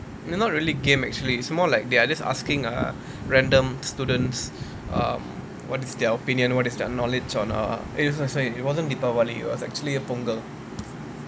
not really game actually it's more they are just asking err random students um what is their opinion what is their knowledge on err eh sorry sorry sorry it wasn't deepavali it was actually pongal